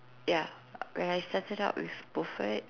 ya when I started out with buffet